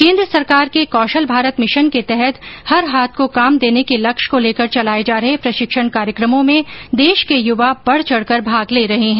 केन्द्र सरकार के कौशल भारत मिशन के तहत हर हाथ को काम देने के लक्ष्य को लेकर चलाये जा रहे प्रशिक्षण कार्यक्रमों में देश के युवा बढ़ चढ़ कर भाग ले रहे हैं